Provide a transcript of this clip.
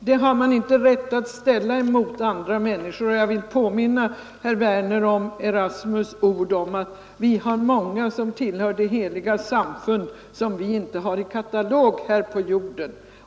Detta har man inte rätt att ställa emot andra människor, och jag vill påminna herr Werner om Erasmus” ord om att det finns många som tillhör de heligas samfund och som vi inte har i katalog här på jorden.